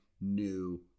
new